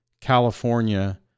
California